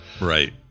Right